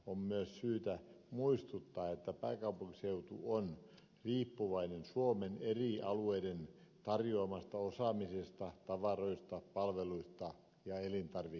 on myös syytä muistuttaa että pääkaupunkiseutu on riippuvainen suomen eri alueiden tarjoamasta osaamisesta tavaroista palveluista ja elintarvikkeista